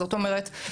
זאת אומרת,